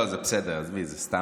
לא, לא, זה בסדר, עזבי, זה סתם.